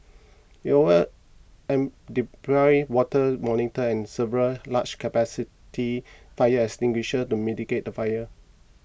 it over an deployed water monitors and several large capacity fire extinguishers to mitigate the fire